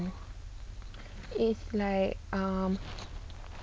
it's like um